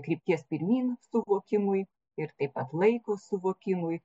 krypties pirmyn suvokimui ir taip pat laiko suvokimui